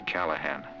Callahan